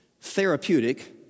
therapeutic